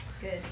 Good